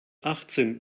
achtzehn